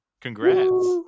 Congrats